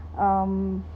um